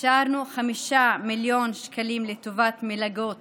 אישרנו 5 מיליון שקלים לטובת מלגות